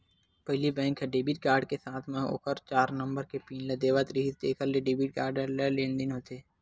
पहिली बेंक ह debit card के साथे म ओखर चार नंबर के पिन ल देवत रिहिस जेखर ले डेबिट कारड ले लेनदेन होथे